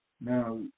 Now